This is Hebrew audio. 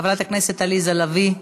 חברת הכנסת עליזה לביא,